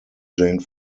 jane